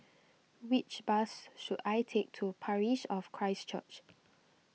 which bus should I take to Parish of Christ Church